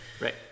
Right